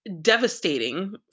devastating